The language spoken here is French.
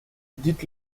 dites